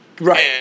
Right